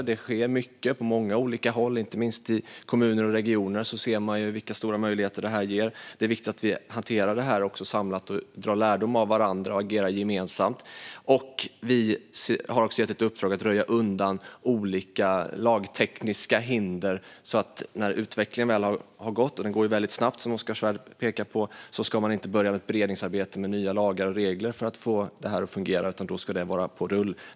Det sker mycket på många olika håll. Inte minst i kommuner och regioner ser man vilka stora möjligheter som detta ger. Det är viktigt att vi hanterar detta samlat och drar lärdomar av varandra och agerar gemensamt. Vi har också gett ett uppdrag om att olika lagtekniska hinder ska röjas undan, så att när utvecklingen har gått framåt - den går väldigt snabbt, som Oskar Svärd pekade på - ska man inte behöva påbörja ett beredningsarbete med nya lagar och regler för att få detta att fungera, utan då ska detta vara på rull.